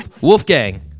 Wolfgang